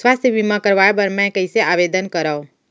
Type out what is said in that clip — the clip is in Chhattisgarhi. स्वास्थ्य बीमा करवाय बर मैं कइसे आवेदन करव?